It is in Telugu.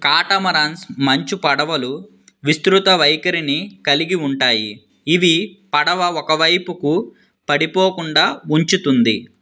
కాటమరన్స్ మంచు పడవలు విస్తృత వైఖరిని కలిగి ఉంటాయి ఇవి పడవ ఒకవైపుకు పడిపోకుండా ఉంచుతుంది